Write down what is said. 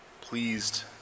pleased